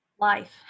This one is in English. life